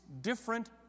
different